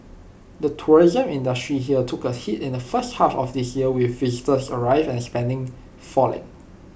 the tourism industry here took A hit in the first half of this year with visitor arrivals and spending falling